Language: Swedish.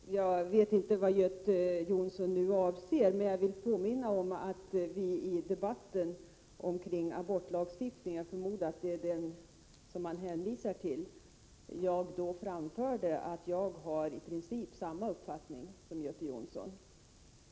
Fru talman! Jag vet inte vad Göte Jonsson nu avser, men jag vill påminna om att jag i debatten om abortlagstiftningen — jag förmodar att det är den som man hänvisar till — framhöll att jag i princip har samma uppfattning som Göte Jonsson.